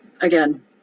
again